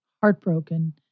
heartbroken